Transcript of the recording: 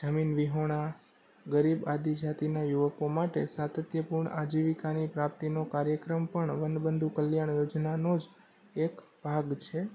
જમીન વિહોણા ગરીબ આદિજાતિના યુવકો માટે સાતત્યપૂર્ણ આજીવિકાની પ્રાપ્તિનો કાયર્ક્રમ પણ વનબંધુ કલ્યાણ યોજનાનો જ એક ભાગ છે